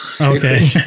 Okay